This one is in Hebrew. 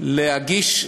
להגיש ערעור.